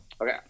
Okay